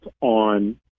on